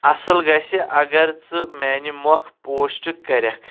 اصل گژھِ اگر ژٕ میانہِ مۄکھ پوسٹہٕ کرکھ